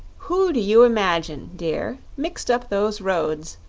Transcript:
who do you imagine, dear, mixed up those roads,